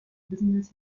business